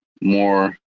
more